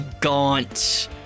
gaunt